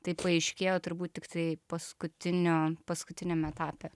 tai paaiškėjo turbūt tiktai paskutinio paskutiniam etape